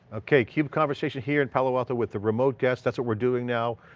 okay, cube conversation here in palo alto with the remote guests. that's what we're doing now.